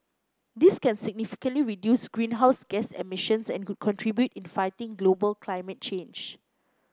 this can significantly reduce greenhouse gas emissions and could contribute in fighting global climate change